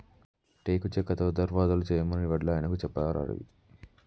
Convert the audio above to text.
టేకు చెక్కతో దర్వాజలు చేయమని వడ్లాయనకు చెప్పారా రవి